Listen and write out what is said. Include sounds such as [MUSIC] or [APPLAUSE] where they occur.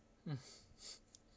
[LAUGHS]